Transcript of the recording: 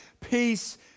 peace